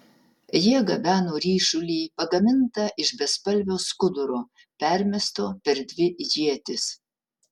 jie gabeno ryšulį pagamintą iš bespalvio skuduro permesto per dvi ietis